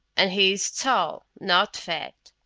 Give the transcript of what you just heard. and he isss tall, not fat.